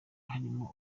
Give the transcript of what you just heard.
harimo